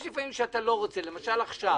יש לפעמים שאתה לא רוצה, למשל, עכשיו.